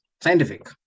scientific